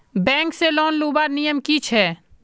Bank से loan लुबार नियम की छे?